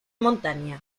montañas